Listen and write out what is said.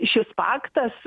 šis paktas